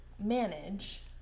manage